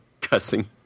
Cussing